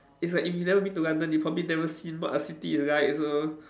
it's like if you never been to London you probably never seen what a city is like also